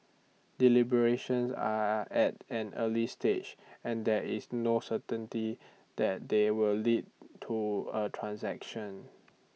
deliberations are at an early stage and there is no certainty that they will lead to A transaction